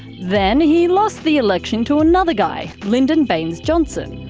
then he lost the election to another guy, lyndon baines johnson.